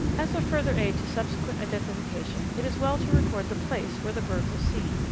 as a further aid to subsequent identification it is well to record the place where the bird was seen,